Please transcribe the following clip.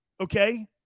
Okay